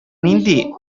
нинди